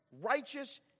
righteous